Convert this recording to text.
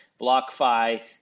BlockFi